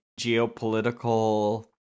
geopolitical